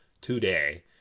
today